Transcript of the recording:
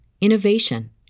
innovation